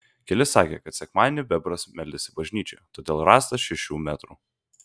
keli sakė kad sekmadienį bebras meldėsi bažnyčioje todėl rąstas šešių metrų